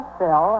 Phil